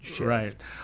Right